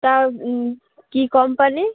তা কী কম্পানি